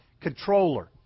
controller